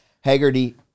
Haggerty